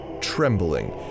trembling